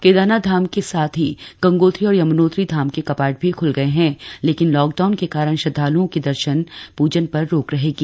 केदारनाथ धाम के साथ ही गंगोत्री और यमुनोत्री धाम के कपाट भी खुल गये है लेकिन लाक डाउन के कारण श्रद्वालुओं के दर्शन पूजन पर रोक रहेगी